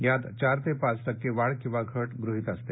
यात चार ते पाच टक्के वाढ किंवा घट गृहित असते